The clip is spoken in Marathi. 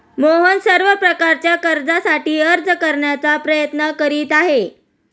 मोहन सर्व प्रकारच्या कर्जासाठी अर्ज करण्याचा प्रयत्न करीत आहे